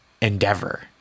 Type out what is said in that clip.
endeavor